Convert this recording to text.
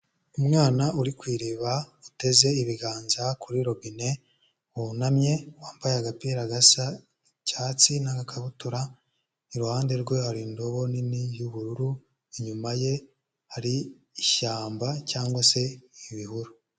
Umwana uri ku iriba, uteze ibiganza kuri robine, wunamye, wambaye agapira gasa icyatsi n'agakabutura, iruhande rwe hari indobo nini y'ubururu, inyuma ye hari ishyamba cyangwa se ibihuru.